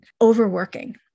overworking